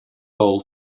bowl